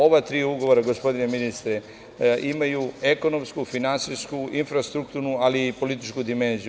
Ova tri ugovora, gospodine ministre, imaju ekonomsku, finansijsku, infrastrukturnu, ali i političku dimenziju.